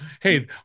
hey